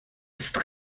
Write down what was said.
ist